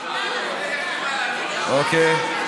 אוקיי.